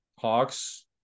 Hawks